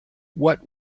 what